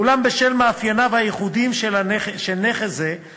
אולם בשל מאפייניו הייחודיים של נכס זה יש